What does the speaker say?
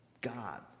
God